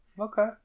Okay